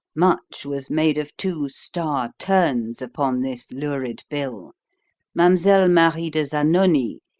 much was made of two star turns upon this lurid bill mademoiselle marie de zanoni,